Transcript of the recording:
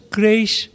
grace